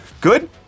good